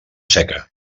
seca